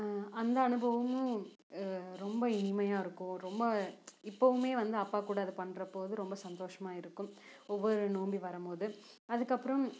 அந்த அனுபவமும் ரொம்ப இனிமையாக ரொம்ப இப்போவுமே வந்து அப்பா கூட அது பண்ணுறப்போ வந்து ரொம்ப சந்தோஷமாக இருக்கும் ஒவ்வொரு நோம்பி வரும் போது அதுக்கப்புறம்